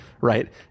right